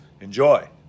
Enjoy